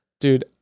Dude